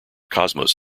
cosmos